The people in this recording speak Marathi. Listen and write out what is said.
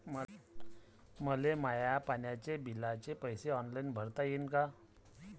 मले माया पाण्याच्या बिलाचे पैसे ऑनलाईन भरता येईन का?